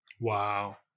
Wow